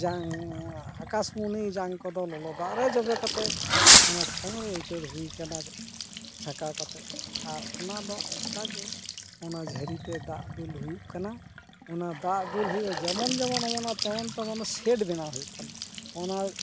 ᱡᱟᱝ ᱟᱠᱟᱥᱢᱩᱱᱤ ᱡᱟᱝ ᱠᱚᱫᱚ ᱞᱚᱞᱚ ᱫᱟᱜ ᱨᱮ ᱡᱚᱵᱮ ᱠᱟᱛᱮᱫ ᱚᱱᱟ ᱴᱷᱚᱝᱨᱮ ᱩᱪᱟᱹᱲ ᱦᱩᱭ ᱠᱟᱱᱟ ᱪᱷᱟᱠᱟᱣ ᱠᱟᱛᱮᱫ ᱟᱨ ᱚᱱᱟ ᱫᱚ ᱚᱱᱠᱟᱜᱮ ᱚᱱᱟ ᱡᱷᱟᱨᱤᱛᱮ ᱫᱟᱜ ᱫᱩᱞ ᱦᱩᱭᱩᱜ ᱠᱟᱱᱟ ᱚᱱᱟ ᱫᱟᱜ ᱫᱩᱞ ᱦᱩᱭᱩᱜᱼᱟ ᱡᱮᱢᱚᱱ ᱡᱮᱢᱚᱱ ᱚᱱᱟ ᱛᱮᱢᱚᱱ ᱛᱮᱢᱚᱱ ᱥᱮᱴ ᱵᱮᱱᱟᱣ ᱦᱩᱭᱩᱜ ᱠᱟᱱᱟ ᱚᱱᱟ